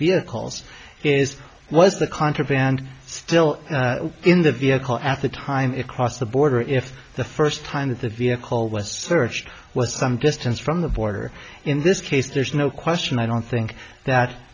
vehicles is was the contraband still in the vehicle at the time it crossed the border if the first time that the vehicle was searched was some distance from the border in this case there's no question i don't think that